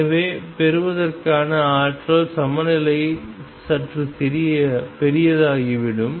எனவே பெறுவதற்கான ஆற்றல் சமநிலை சற்று பெரியதாகிவிடும்